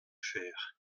faire